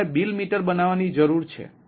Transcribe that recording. તમારે bill meter બનવાની જરૂર છે